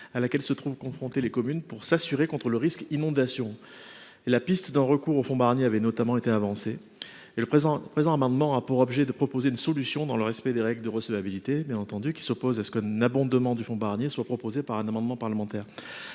à laquelle se trouvent confrontées les communes pour s'assurer contre le risque inondation. La piste d'un recours au fonds Barnier avait notamment été avancée. Le présent amendement a pour objet de proposer une solution dans le respect des règles de recevabilité de l'article 40 de la Constitution, qui s'opposent à ce qu'un abondement du fonds Barnier soit proposé par un amendement parlementaire.